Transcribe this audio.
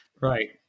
right